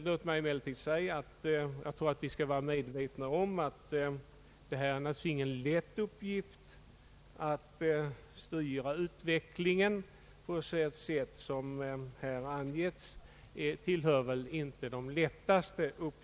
Vi skall emellertid vara medvetna om att det inte tillhör de lättaste uppgifterna att styra utvecklingen på det sätt som har angetts.